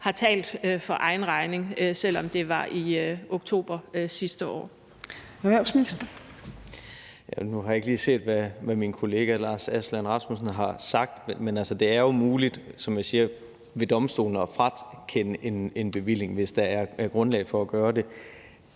Kl. 16:24 Erhvervsministeren (Simon Kollerup): Nu har jeg ikke lige set, hvad min kollega Lars Aslan Rasmussen har sagt. Men det er jo muligt, som jeg siger, ved domstolene at frakende en bevilling, hvis der er grundlag for at gøre det.